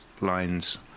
lines